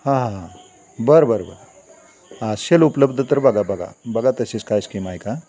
हां हां हां बरं बरं बरं असेल उपलब्ध तर बघा बघा बघा तशीच काय स्कीम आहे का